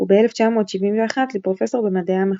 וב-1971 לפרופסור במדעי המחשב.